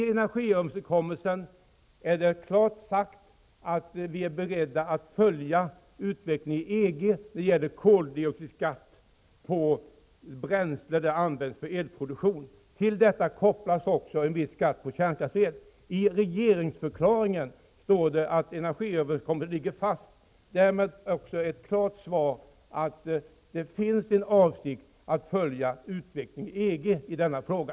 Det är klart sagt i energiöverenskommelsen att vi är beredda att följa utvecklingen i EG. Det gäller koldioxidskatt på bränsle som används för elproduktion. Till detta kopplas också en viss skatt på kärnkraftsel. I regeringsförklaringen står det att energiöverenskommelsen ligger fast. Det är därmed också ett klart svar att det finns en avsikt att följa utvecklingen i EG i denna fråga.